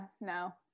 no